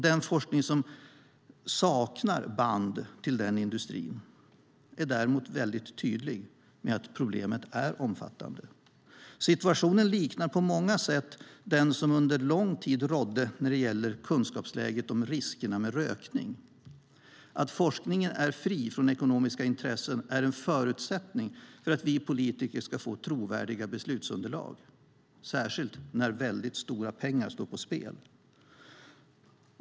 Den forskning som saknar band till denna industri är däremot väldigt tydlig med att problemet är omfattande. Situationen liknar på många sätt den som under lång tid rådde när det gällde kunskapsläget om riskerna med rökning. Att forskningen är fri från ekonomiska intressen är en förutsättning för att vi politiker ska få trovärdiga beslutsunderlag, särskilt när väldigt stora pengar står på spel.